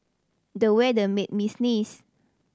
the weather made me sneeze